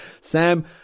Sam